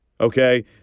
okay